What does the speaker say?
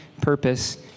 purpose